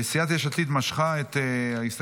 סיעת יש עתיד משכה את ההסתייגויות,